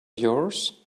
yours